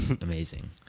amazing